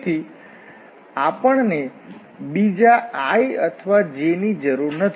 તેથી આપણ ને બીજા i અથવા j ની જરૂર નથી